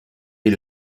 est